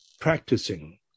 practicing